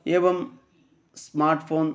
एवं स्मार्ट्फ़ोन्